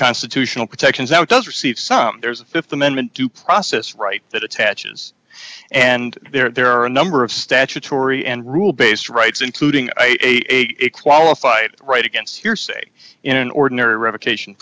constitutional protections outdoes receive some there's a th amendment due process rights that attaches and there are a number of statutory and rule based rights including a qualified right against hearsay in an ordinary revocation